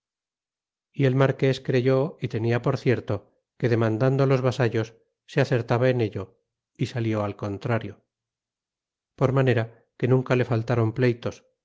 y el marques creyó y tenia por cierto que demandando los vasallos que acertaba en ello y salió al contrario por manera que nunca le faltaron pleytos